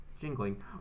jingling